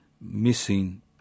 missing